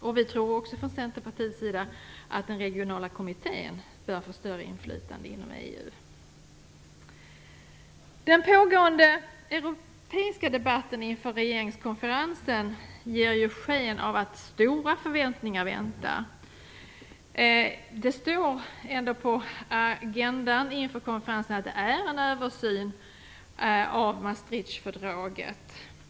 I Centerpartiet anser vi också att den regionala kommittén bör få större inflytande inom Den pågående europeiska debatten inför regeringskonferensen ger ju sken av att stora saker väntar. Det står på agendan inför konferensen att det rör sig om en översyn av Maastrichtfördraget.